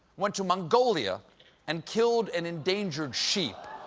went to mongolia and killed an endangered sheep.